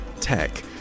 tech